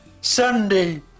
Sunday